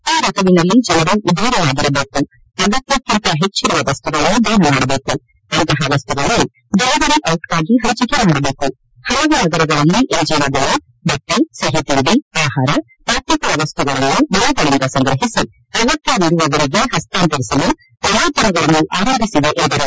ಈ ಋತುವಿನಲ್ಲಿ ಜನರು ಉದಾರಿಯಾಗಿರಬೇಕು ಅಗತ್ಯಕ್ಕಿಂತ ಹೆಚ್ಚಿರುವ ವಸ್ತುಗಳನ್ನು ದಾನ ಮಾಡಬೇಕು ಅಂತಹ ವಸ್ತುಗಳನ್ನು ಡೆಲಿವರಿ ಔಟ್ಗಾಗಿ ಹಂಚಿಕೆ ಮಾಡಬೇಕು ಹಲವು ನಗರಗಳಲ್ಲಿ ಎನ್ಜಿಒಗಳು ಬಟ್ಟೆ ಸಿಹಿ ತಿಂಡಿ ಆಹಾರ ಮತ್ತಿತರ ವಸ್ತುಗಳನ್ನು ಮನೆಗಳಿಂದ ಸಂಗ್ರಹಿಸಿ ಅಗತ್ಯವಿರುವವರಿಗೆ ಹಸ್ತಾಂತರಿಸಲು ನವೋದ್ಯಮಗಳನ್ನು ಆರಂಭಿಸಿವೆ ಎಂದರು